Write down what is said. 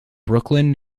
brooklyn